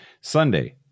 Sunday